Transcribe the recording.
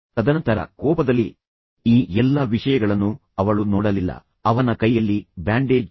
ತದನಂತರ ಅವಳ ಕೋಪದಲ್ಲಿ ಈ ಎಲ್ಲಾ ವಿಷಯಗಳನ್ನು ಅವಳು ನೋಡಲಿಲ್ಲ ಅವನ ಕೈಯಲ್ಲಿ ಕೆಲವು ಬ್ಯಾಂಡೇಜ್ ಇತ್ತು